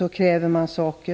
avkräver man saker.